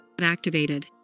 activated